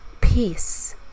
peace